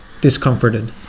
discomforted